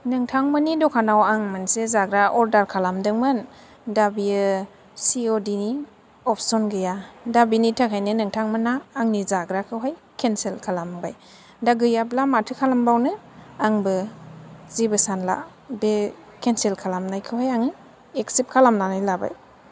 नोंथांमोननि दखानआव आं मोनसे जाग्रा अर्डार खालामदोंमोन दा बियो सि अ दि अपसन गैया दा बिनि थाखायनो नोथांमोनहा आंनि जाग्राखौहाय केन्सेल खालामबाय दा गैयाब्ला माथो खालामबावनो आंबो जेबो सानला बे केन्सेल खालामनायखौहाय आङो एक्सेप्ट खालामनानै लाबाय